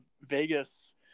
Vegas